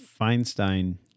Feinstein